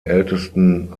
ältesten